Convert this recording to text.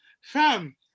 fam